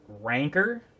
Ranker